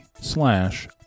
slash